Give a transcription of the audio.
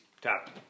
top